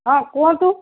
ହଁ କୁହନ୍ତୁ